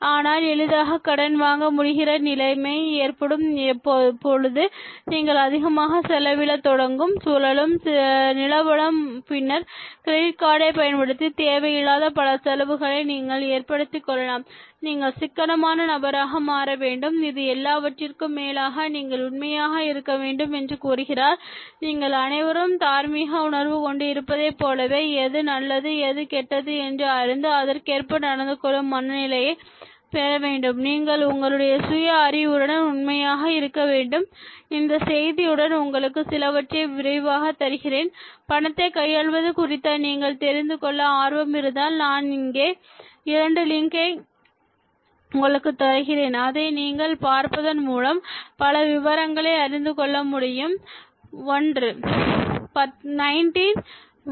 ஆனால் எளிதாக கடன் வாங்க முடிகிற நிலை ஏற்படும் பொழுது நீங்கள் அதிகமாக செலவழிக்க தொடங்கும் சூழலும் நிலவளம் பின்னர் கிரெடிட் கார்டை பயன்படுத்தி தேவையில்லாத பல செலவுகளை நீங்கள் ஏற்படுத்திக் கொள்ளலாம் நீங்கள் சிக்கனமான நபராக மாற வேண்டும் இது எல்லாவற்றிற்கும் மேலாக நீங்கள் உண்மையாக இருக்க வேண்டும் என்று கூறுகிறார் நீங்கள் அனைவரும் தார்மீக உணர்வு கொண்டு இருப்பதைப் போலவே எது நல்லது எது கெட்டது என்று அறிந்து அதற்கேற்ப நடந்து கொள்ளும் மனநிலையை பெறவேண்டும் நீங்கள் உங்களுடைய சுய அறிவுடன் உண்மையாக இருக்கவேண்டும் இந்த செய்தியுடன் உங்களுக்கு சிலவற்றை விரைவாக தருகிறேன் பணத்தை கையாள்வது குறித்த நீங்கள் தெரிந்துகொள்ள ஆர்வம் இருந்தால் நான் இங்கே இரண்டு லிங்கை உங்களுக்கு தருகிறேன் அதை நீங்கள் பார்ப்பதன் மூலம் பல விபரங்களை அறிந்துகொள்ள முடியும் 1